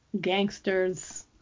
gangsters